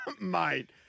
Mate